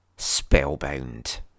Spellbound